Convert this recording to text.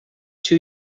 two